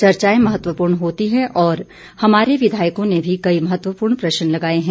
चर्चाएं महत्वपूर्ण होती हैं और हमारे विधायकों ने भी कई महत्वपूर्ण प्रश्न लगाए हैं